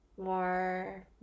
more